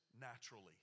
naturally